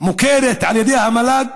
מוכרת על ידי המל"ג?